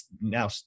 now